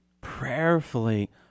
prayerfully